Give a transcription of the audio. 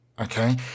Okay